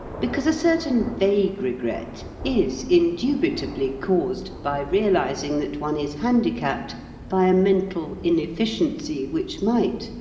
because a certain vague regret is indubitably caused by realizing that one is handicapped by a mental inefficiency which might,